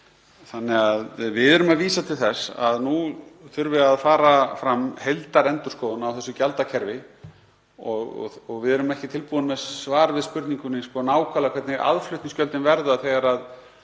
árið. Við erum að vísa til þess að nú þurfi að fara fram heildarendurskoðun á þessu gjaldakerfi. Við erum ekki tilbúin með svar við spurningunni um það hvernig aðflutningsgjöldin verða